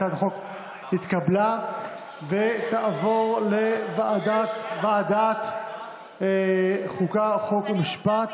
הצעת החוק התקבלה ותעבור לוועדת החוקה, חוק ומשפט.